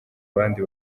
abandi